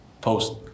post